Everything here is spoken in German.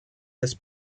des